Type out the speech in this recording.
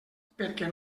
perquè